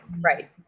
right